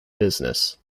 business